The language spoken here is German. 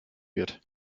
wird